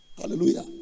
Hallelujah